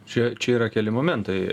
čia čia yra keli momentai